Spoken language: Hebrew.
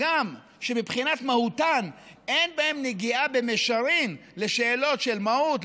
הגם שמבחינת מהותן אין בהן נגיעה במישרין לשאלות של מהות,